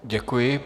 Děkuji.